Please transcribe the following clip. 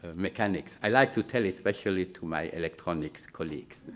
mechanics. i like to tell it especially to my electronics colleagues.